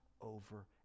over